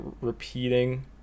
repeating